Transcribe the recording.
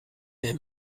der